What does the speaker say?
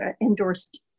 endorsed